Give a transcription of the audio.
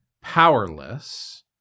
Powerless